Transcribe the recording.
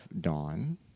dawn